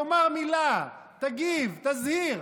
תאמר מילה, תגיב, תזהיר.